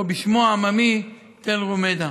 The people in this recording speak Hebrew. או בשמו העממי: תל רומיידה.